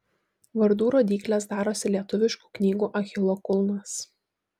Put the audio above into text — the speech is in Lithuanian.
vardų rodyklės darosi lietuviškų knygų achilo kulnas